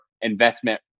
investment